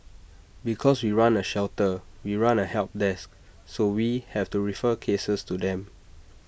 because we run A shelter we run A help desk so we have to refer cases to them